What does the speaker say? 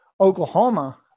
Oklahoma